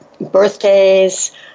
Birthdays